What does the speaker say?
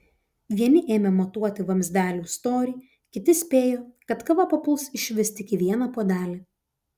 vieni ėmė matuoti vamzdelių storį kiti spėjo kad kava papuls išvis tik į vieną puodelį